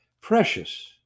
Precious